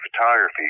photography